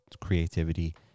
creativity